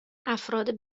افراد